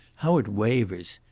how it wavers!